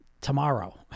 tomorrow